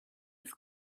das